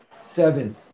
seven